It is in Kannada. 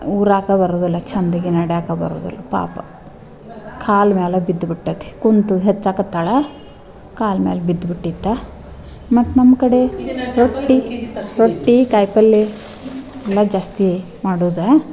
ಊರಕ್ಕೇ ಬರುವುದಿಲ್ಲ ಚೆಂದಾಗಿ ನಡ್ಯಕ್ಕೆ ಬರುದಿಲ್ಲ ಪಾಪ ಕಾಲು ಮ್ಯಾಲೆ ಬಿದ್ದು ಬಿಟ್ಟತಿ ಕುಳ್ತು ಹೆಚ್ಚಕತ್ತಾಳೆ ಕಾಲು ಮ್ಯಾಲೆ ಬಿದ್ಬಿಟ್ಟಿತ್ತ ಮತ್ತು ನಮ್ಮ ಕಡೆ ರೊಟ್ಟಿ ರೊಟ್ಟಿ ಕಾಯಿಪಲ್ಲೆ ತುಂಬ ಜಾಸ್ತಿ ಮಾಡೋದು